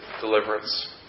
deliverance